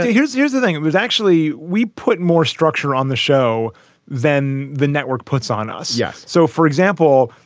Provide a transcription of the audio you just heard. here's here's the thing it was actually we put more structure on the show than the network puts on us. yes. so, for example,